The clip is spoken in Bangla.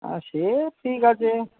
সে ঠিক আছে